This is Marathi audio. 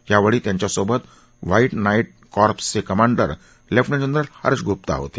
यावेळी त्यांच्यासोवत व्हाईट नाईट कॉर्प्स् चे commander lieutenant general Harsh Gupta होते